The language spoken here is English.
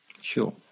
Sure